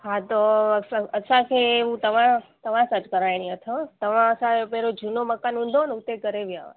हा त अस असांखे हू तव्हांजो तव्हां सां कराइणी अथव तव्हां असांजो पहिरों जूनो मकान हूंदो हुओ न हुते करे विया हुया